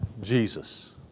Jesus